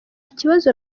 kibazo